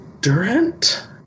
Durant